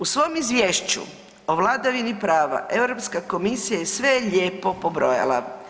U svom izvješću o vladavini prava Europska komisija je sve lijepo pobrojala.